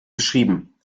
geschrieben